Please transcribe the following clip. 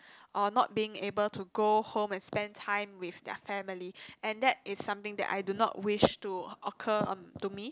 or not being able to go home and spend time with their family and that is something that I do not wish to occur um to me